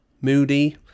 moody